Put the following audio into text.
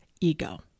ego